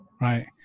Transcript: Right